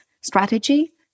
strategy